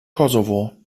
kosovo